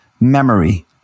memory